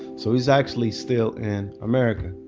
so he's actually still in america.